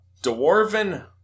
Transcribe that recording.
Dwarven